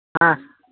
हां